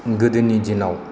गोदोनि दिनाव